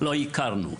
לא הכרנו".